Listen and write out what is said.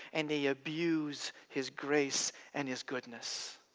and they abuse his grace and his goodness.